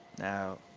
Now